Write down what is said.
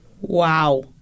Wow